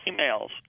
emails